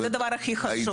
זה דבר הכי חשוב.